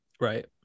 Right